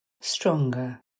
stronger